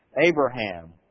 Abraham